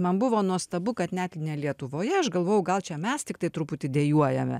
man buvo nuostabu kad net ne lietuvoje aš galvojau gal čia mes tiktai truputį dejuojame